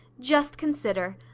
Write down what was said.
just consider!